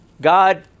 God